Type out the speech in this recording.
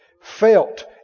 felt